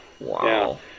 Wow